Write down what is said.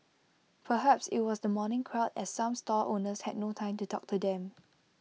perhaps IT was the morning crowd as some stall owners had no time to talk to them